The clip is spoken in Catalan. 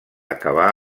acabà